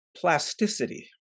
plasticity